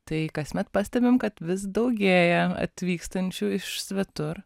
tai kasmet pastebim kad vis daugėja atvykstančių iš svetur